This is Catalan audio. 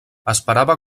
esperava